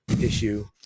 issue